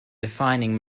defining